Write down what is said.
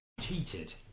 cheated